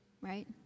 right